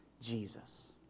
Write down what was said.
Jesus